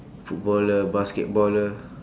footballer basketballer